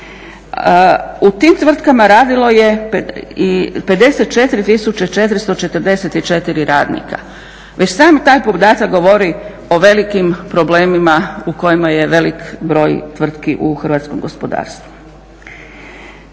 U tim tvrtkama radilo je 54444 radnika. Već sam taj podatak govori o velikim problemima u kojima je velik broj tvrtki u hrvatskom gospodarstvu.